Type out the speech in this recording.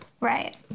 Right